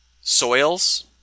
soils